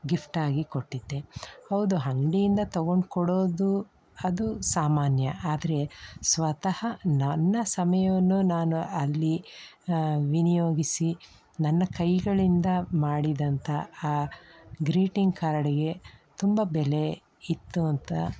ಗಿಫ್ಟಾಗಿ ಕೊಟ್ಟಿದ್ದೆ ಹೌದು ಅಂಗ್ಡಿಯಿಂದ ತಗೊಂಡು ಕೊಡೋದು ಅದು ಸಾಮಾನ್ಯ ಆದರೆ ಸ್ವತಃ ನನ್ನ ಸಮಯವನ್ನು ನಾನು ಅಲ್ಲಿ ವಿನಿಯೋಗಿಸಿ ನನ್ನ ಕೈಗಳಿಂದ ಮಾಡಿದಂಥ ಆ ಗ್ರೀಟಿಂಗ್ ಕಾರ್ಡಿಗೆ ತುಂಬ ಬೆಲೆ ಇತ್ತು ಅಂತ